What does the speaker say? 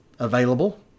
Available